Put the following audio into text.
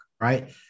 right